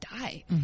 die